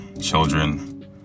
children